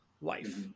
life